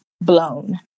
blown